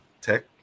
tech